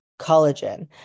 collagen